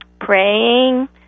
praying